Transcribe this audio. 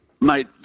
Mate